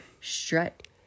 strut